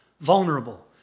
vulnerable